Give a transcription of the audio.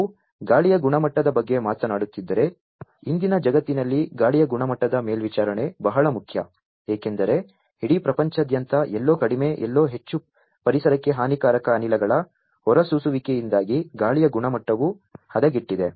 ನಾವು ಗಾಳಿಯ ಗುಣಮಟ್ಟದ ಬಗ್ಗೆ ಮಾತನಾಡುತ್ತಿದ್ದರೆ ಇಂದಿನ ಜಗತ್ತಿನಲ್ಲಿ ಗಾಳಿಯ ಗುಣಮಟ್ಟದ ಮೇಲ್ವಿಚಾರಣೆ ಬಹಳ ಮುಖ್ಯ ಏಕೆಂದರೆ ಇಡೀ ಪ್ರಪಂಚದಾದ್ಯಂತ ಎಲ್ಲೋ ಕಡಿಮೆ ಎಲ್ಲೋ ಹೆಚ್ಚು ಪರಿಸರಕ್ಕೆ ಹಾನಿಕಾರಕ ಅನಿಲಗಳ ಹೊರಸೂಸುವಿಕೆಯಿಂದಾಗಿ ಗಾಳಿಯ ಗುಣಮಟ್ಟವು ಹದಗೆಟ್ಟಿದೆ